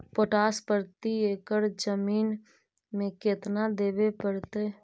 Potash प्रति एकड़ जमीन में केतना देबे पड़तै?